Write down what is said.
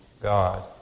God